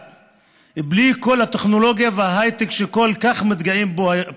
בלי כל הטכנולוגיה וההייטק, שכל כך מתגאים בו פה.